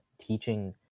teaching